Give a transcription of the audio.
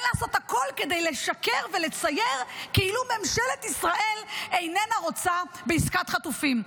לעשות הכול כדי לשקר ולצייר כאילו ממשלת ישראל איננה רוצה בעסקת חטופים.